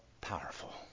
powerful